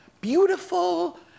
beautiful